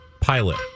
Pilot